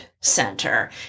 center